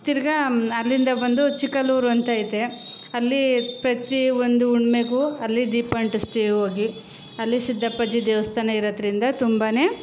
ತಿರುಗಾ ಅಲ್ಲಿಂದ ಬಂದು ಚಿಕ್ಕಲ್ಲೂರು ಅಂತ ಐತೆ ಅಲ್ಲಿ ಪ್ರತಿ ಒಂದು ಹುಣ್ಮೆಗೂ ಅಲ್ಲಿ ದೀಪ ಅಂಟಿಸ್ತೀವಿ ಹೋಗಿ ಅಲ್ಲಿ ಸಿದ್ದಪ್ಪಾಜಿ ದೇವಸ್ಥಾನ ಇರೋದ್ರಿಂದ ತುಂಬನೇ